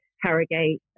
Harrogate